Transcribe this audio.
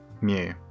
Mu